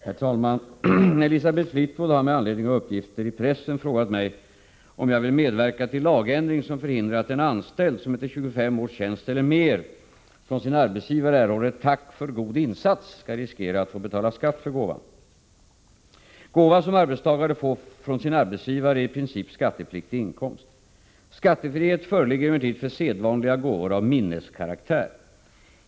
Herr talman! Elisabeth Fleetwood har med anledning av uppgifter i pressen frågat mig om jag vill medverka till lagändring som förhindrar att en anställd som efter 25 års tjänst eller mer från sin arbetsgivare erhåller ett tack för god insats skall riskera att få betala skatt för gåvan. Gåva som arbetstagare får från sin arbetsgivare är i princip skattepliktig inkomst. Skattefrihet föreligger emellertid för sedvanliga gåvor av minneskaraktär.